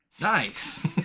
Nice